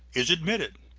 is admitted,